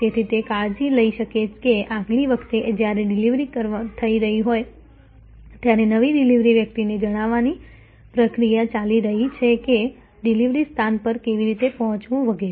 જેથી તે કાળજી લઈ શકે કે આગલી વખતે જ્યારે ડિલિવરી થઈ રહી હોય ત્યારે નવી ડિલિવરી વ્યક્તિને જણાવવાની પ્રક્રિયા ચાલી રહી છે કે ડિલિવરી સ્થાન પર કેવી રીતે પહોંચવું વગેરે